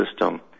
system